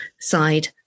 side